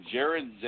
Jared